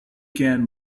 can